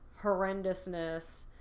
horrendousness